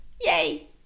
Yay